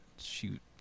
shoot